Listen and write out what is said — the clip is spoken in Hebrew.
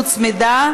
אדוני.